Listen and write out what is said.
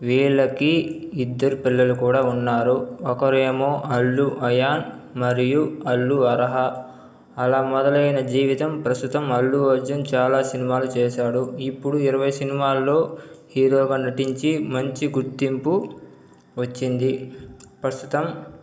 వీళ్ళకి ఇద్దరు పిల్లలు కూడా ఉన్నారు ఒకరేమో అల్లు అయాన్ మరియు అల్లు అర్హ అలా మొదలైన జీవితం ప్రస్తుతం అల్లు అర్జున్ చాలా సినిమాలు చేశాడు ఇప్పుడు ఇరవై సినిమాల్లో హీరోగా నటించి మంచి గుర్తింపు వచ్చింది ప్రస్తుతం